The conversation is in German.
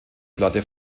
platte